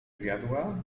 zjadła